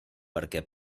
perquè